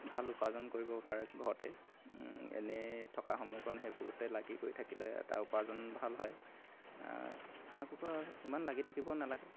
ভাল উপাৰ্জন কৰিব পাৰে ঘৰতে এনেই থকা সময়কণ সেইবোৰতে লাগি কৰি থাকিলে এটা উপাৰ্জন ভাল হয় হাঁহ কুকুৰা ইমান লাগি থাকিব নালাগে